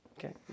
Okay